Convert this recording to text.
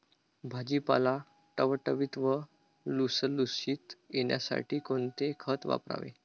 भाजीपाला टवटवीत व लुसलुशीत येण्यासाठी कोणते खत वापरावे?